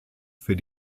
für